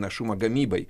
našumą gamybai